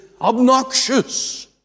obnoxious